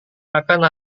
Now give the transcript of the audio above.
akan